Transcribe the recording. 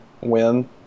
win